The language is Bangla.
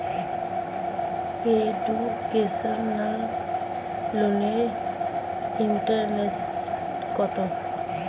এডুকেশনাল লোনের ইন্টারেস্ট কত?